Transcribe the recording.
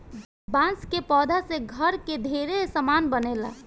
बांस के पौधा से घर के ढेरे सामान बनेला